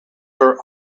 are